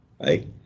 right